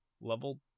Level